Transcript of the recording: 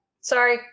Sorry